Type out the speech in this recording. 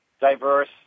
diverse